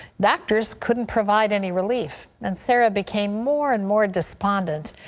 doctors couldn't provide any relief, and sarah became more and more dispondent,